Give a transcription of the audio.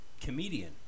comedian